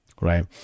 right